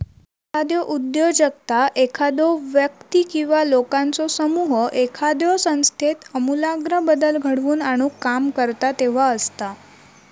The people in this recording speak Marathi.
ह्या उद्योजकता एखादो व्यक्ती किंवा लोकांचो समूह एखाद्यो संस्थेत आमूलाग्र बदल घडवून आणुक काम करता तेव्हा असता